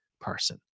person